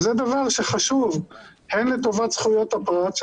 זה דבר חשוב הן לטובת זכויות הפרט כדי